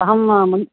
अहं मन्